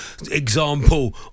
example